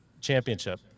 championship